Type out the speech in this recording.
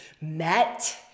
met